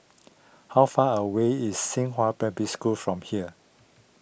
how far away is Xinghua Primary School from here